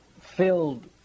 filled